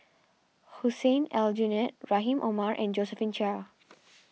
Hussein Aljunied Rahim Omar and Josephine Chia